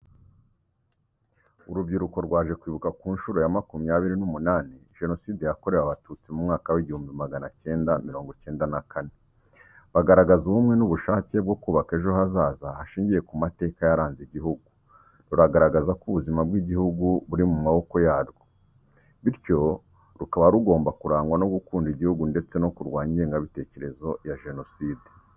Urubyiruko rwaje kwibuka ku nshuro ya makumyabiri n'umunani Jenoside yakorewe Abatutsi mu mwaka w'igihumbi magana cyenda mirongo icyenda na kane. Bagaragaza ubumwe n’ubushake bwo kubaka ejo hazaza hashingiye ku mateka yaranze igihugu. Rugaragaza ko ubuzima bw’igihugu buri mu maboko yarwo, bityo rukaba rugomba kurangwa no gukunda igihugu ndetse no kurwanya ingengabitekerezo ya Jenoside.